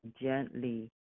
gently